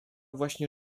właśnie